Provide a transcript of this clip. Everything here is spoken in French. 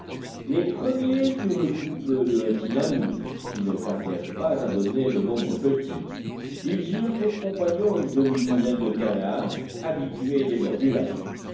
les premiers furent le couple de tinamous qui ne tardèrent pas à donner de nombreux petits ils eurent pour compagnons une demidouzaine de canards habitués des bords du lac